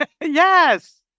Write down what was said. Yes